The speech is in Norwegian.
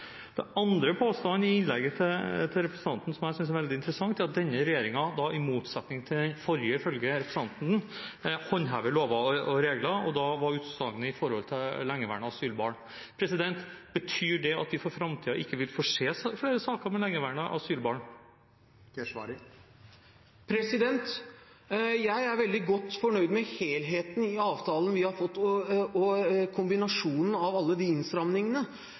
andre påstanden i innlegget til representanten som jeg synes er veldig interessant, er at denne regjeringen, i motsetning til den forrige, ifølge representanten, håndhever lover og regler, og da gjaldt utsagnet lengeværende asylbarn. Betyr det at vi for framtiden ikke vil få se flere saker med lengeværende asylbarn? Jeg er veldig godt fornøyd med helheten i avtalen vi har fått og kombinasjonen av alle de innstramningene.